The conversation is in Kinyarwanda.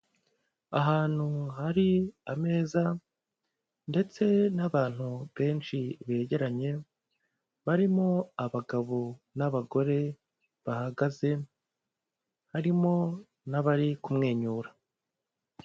Ahantu hari ameza ndetse n'abantu benshi begeranye barimo abagabo n'abagore bahagaze harimo n'abari kumwenyura.